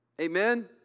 Amen